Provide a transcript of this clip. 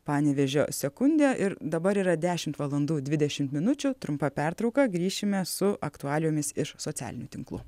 panevėžio sekundė ir dabar yra dešimt valandų dvidešimt minučių trumpa pertrauka grįšime su aktualijomis iš socialinių tinklų